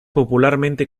popularmente